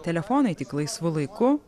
telefonai tik laisvu laiku